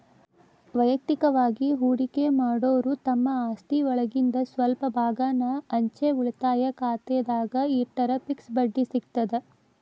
ವಯಕ್ತಿಕವಾಗಿ ಹೂಡಕಿ ಮಾಡೋರು ತಮ್ಮ ಆಸ್ತಿಒಳಗಿಂದ್ ಸ್ವಲ್ಪ ಭಾಗಾನ ಅಂಚೆ ಉಳಿತಾಯ ಖಾತೆದಾಗ ಇಟ್ಟರ ಫಿಕ್ಸ್ ಬಡ್ಡಿ ಸಿಗತದ